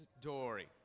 Dory